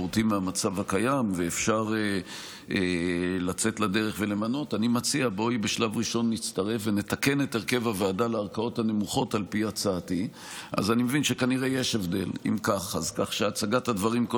אני מניח שכנראה לא הבנתי נכון את הדברים,